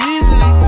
Easily